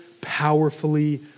powerfully